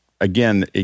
again